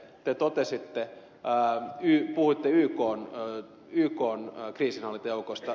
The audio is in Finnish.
te puhuitte ykn kriisinhallintajoukoista